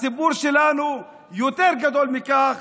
הציבור שלנו יותר גדול מכך.